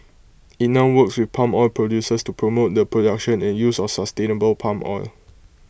IT now works with palm oil producers to promote the production and use of sustainable palm oil